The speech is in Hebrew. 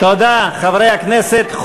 תודה, חברי הכנסת.